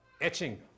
etching